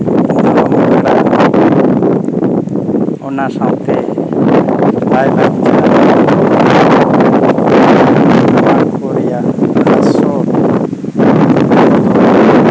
ᱚᱱᱟ ᱥᱟᱶᱛᱮ ᱞᱟᱭᱼᱞᱟᱠᱪᱟᱨ